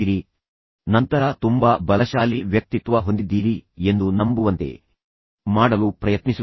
ಅವರು ಹೋರಾಡುತ್ತಿರುವ ಸ್ಥಳದ ಬದಲು ಅವರನ್ನು ಎಲ್ಲೋ ಹೊರಗೆ ಕರೆದೊಯ್ಯಲು ಪ್ರಯತ್ನಿಸಿ